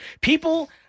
people